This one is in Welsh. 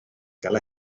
gael